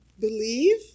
believe